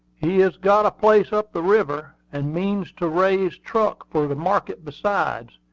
he has got a place up the river, and means to raise truck for the market besides.